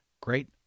great